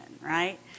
right